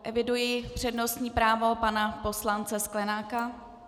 Eviduji přednostní právo pana poslance Sklenáka.